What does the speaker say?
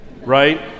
right